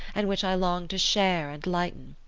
and which i longed to share and lighten.